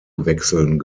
wechseln